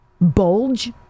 bulge